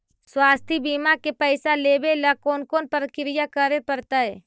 स्वास्थी बिमा के पैसा लेबे ल कोन कोन परकिया करे पड़तै?